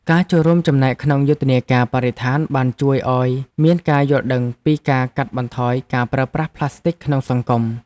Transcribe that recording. ការចូលរួមចំណែកក្នុងយុទ្ធនាការបរិស្ថានបានជួយឱ្យមានការយល់ដឹងពីការកាត់បន្ថយការប្រើប្រាស់ប្លាស្ទិកក្នុងសង្គម។